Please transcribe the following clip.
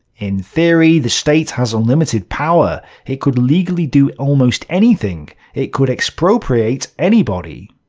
in theory, the state has unlimited power. it could legally do almost anything it could expropriate anybody.